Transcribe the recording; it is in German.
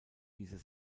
diese